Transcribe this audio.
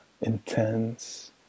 intense